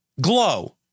glow